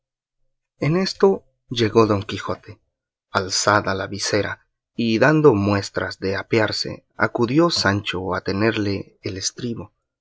en esto llegó don quijote alzada la visera y dando muestras de apearse acudió sancho a tenerle el estribo